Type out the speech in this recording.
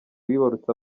wibarutse